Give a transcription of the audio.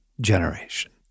generation